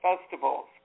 festivals